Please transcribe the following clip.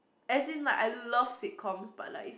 as in like I love sitcoms but like is